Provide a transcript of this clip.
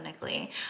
clinically